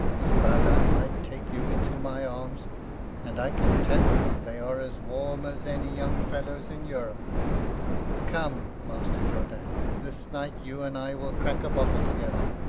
s'bud! i might take you into my arms and i can tell you, they are as warm as any young fellow's in europe come, master jourdain, this night, you and i will crack a bottle together,